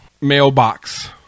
mailbox